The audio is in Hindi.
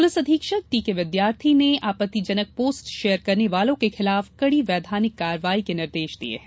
पुलिस अधीक्षक टीकेविधार्थी ने आपत्तिजनक पोस्ट शेयर करने वालों के खिलाफ कड़ी वैघानिक कार्यवाही के निर्देश दिये है